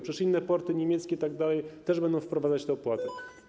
Przecież inne porty, niemieckie itd., też będą wprowadzać tę opłatę.